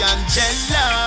Angela